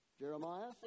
Jeremiah